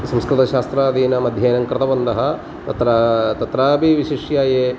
संस्कृतशास्त्रादीनाम् अध्ययनं कृतवन्तः तत्र तत्रापि विशिष्य ये